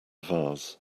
vase